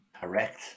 Correct